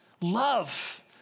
Love